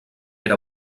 era